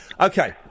Okay